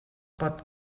pot